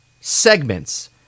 segments